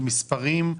במספרים,